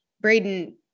Braden